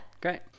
Great